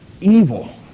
evil